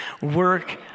work